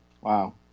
Wow